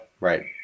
right